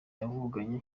yavuganye